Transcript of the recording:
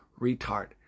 retard